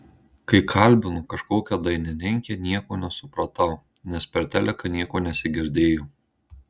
kai kalbino kažkokią dainininkę nieko nesupratau nes per teliką nieko nesigirdėjo